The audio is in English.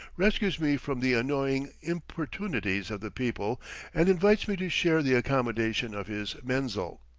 rescues me from the annoying importunities of the people and invites me to share the accommodation of his menzil.